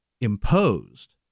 imposed